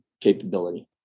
Capability